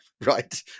right